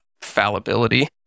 fallibility